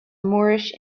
moorish